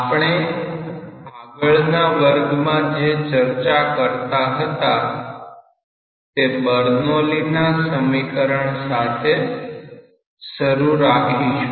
આપણે આગળના વર્ગમાં જે ચર્ચા કરતાં હતા તે બર્નોલીના સમીકરણ સાથે શરૂ રાખીશું